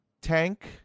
tank